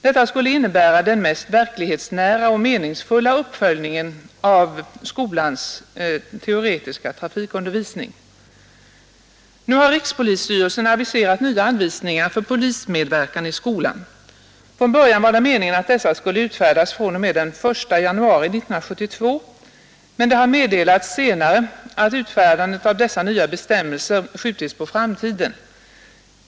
Detta skulle innebära den mest verklighetsnära och meningsfulla uppföljningen av skolans teoretiska trafikundervisning. Nu har rikspolisstyrelsen aviserat nya anvisningar för polismedverkan i skolan, Från början var det meningen att dessa skulle utfärdas från och med den 1 januari 1972, men det har senare meddelats att utfärdandet av dessa nya bestämmelser skjutits på framtiden.